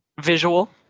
visual